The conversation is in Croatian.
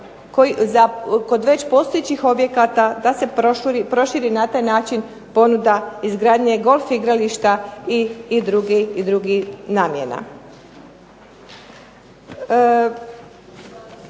kod već postojećih objekata da se proširi na taj način ponuda izgradnje golf igrališta i drugih namjena.